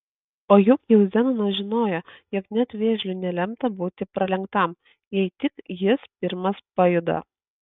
o juk jau zenonas žinojo jog net vėžliui nelemta būti pralenktam jei tik jis pirmas pajuda